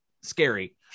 scary